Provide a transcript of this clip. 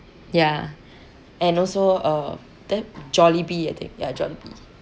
ya and also uh tha~ jollibee I think ya jollibee